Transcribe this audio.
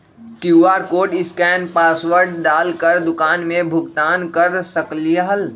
QR code scan password डाल कर दुकान में भुगतान कर सकलीहल?